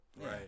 Right